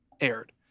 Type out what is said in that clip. aired